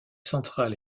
centrale